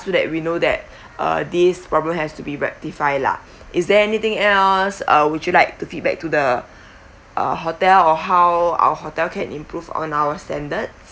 so that we know that uh this problem has to be rectified lah is there anything else uh would you like to feedback to the uh hotel or how our hotel can improve on our standard